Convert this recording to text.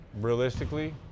realistically